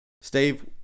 Steve